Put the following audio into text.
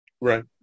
Right